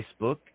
Facebook